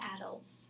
adults